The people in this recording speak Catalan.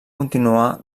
continuar